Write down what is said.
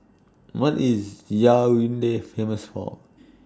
What IS Yaounde Famous For